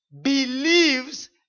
believes